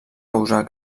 causar